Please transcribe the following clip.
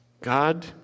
God